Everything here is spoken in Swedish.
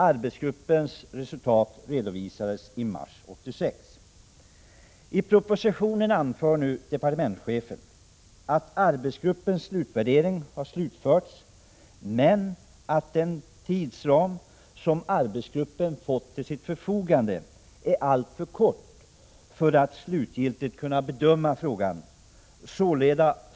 Arbetsgruppens resultat redovisades i mars 1986. I propositionen anför nu departementschefen att arbetsgruppens utvärdering har slutförts, men att den tidsram arbetsgruppen fått till sitt förfogande var alltför snäv för att arbetsgruppen skulle kunna göra en slutgiltig bedömning av frågan.